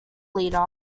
leader